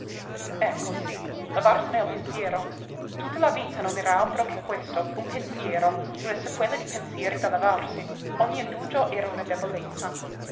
ecco sí levarsene il pensiero tutta la vita non era altro che questo un pensiero una sequela di pensieri da levarsi ogni indugio era una debolezza